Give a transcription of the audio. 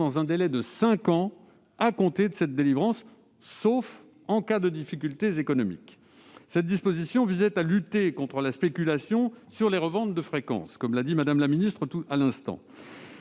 dans un délai de cinq ans à compter de cette délivrance, sauf en cas de difficultés économiques. Cette disposition visait à lutter contre la spéculation sur les reventes de fréquences- Mme la ministre vient